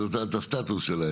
אני רוצה לדעת את הסטטוס שלהם.